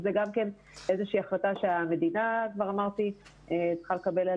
זו גם החלטה שהמדינה צריכה לקבל.